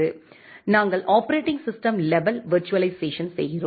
நாங்கள் operating system level virtualisation செய்கிறோம்